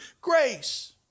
grace